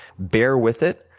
bear with it.